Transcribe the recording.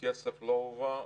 כסף לא הועבר.